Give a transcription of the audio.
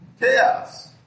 Chaos